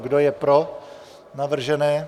Kdo je pro navržené?